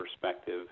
perspective